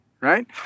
right